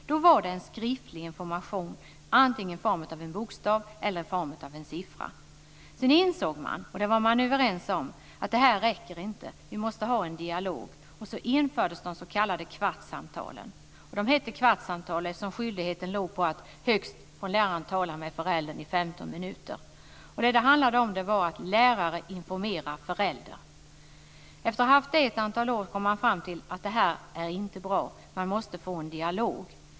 Då var det en skriftlig information, antingen i form av bokstäver eller i form av siffror. Sedan insåg man, och det var man överens om, att detta inte räckte utan att man måste ha en dialog. Då infördes de s.k. kvartssamtalen. De hette kvartssamtal eftersom skyldigheten för läraren var att tala med föräldrarna under högst 15 minuter. Det handlade om att läraren informerade föräldrarna. Efter att man hade haft det under ett antal år kom man fram till att detta inte var bra utan att man måste få en dialog.